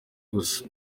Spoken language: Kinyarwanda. gusa